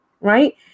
right